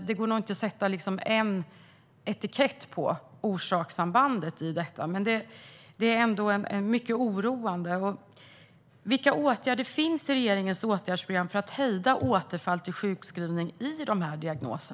Det går nog inte att sätta en enda etikett på orsakssambandet i detta. Det här är ändå mycket oroande. Vilka åtgärder finns i regeringens åtgärdsprogram för att hejda återfall till sjukskrivning i dessa diagnoser?